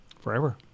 forever